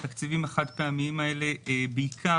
התקציבים החד פעמיים האלה נועדו בעיקר